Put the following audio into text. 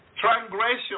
Transgression